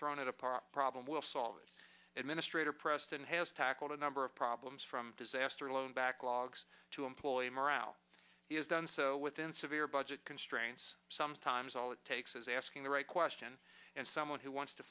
thrown at a party problem will solve its administrator's preston has tackled a number of problems from disaster alone backlogs to employee morale he has done so within severe budget constraints sometimes all it takes is asking the right question and someone who wants to